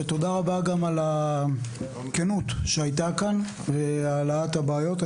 ותודה רבה גם על הכנות שהייתה כאן והעלאת הבעיות.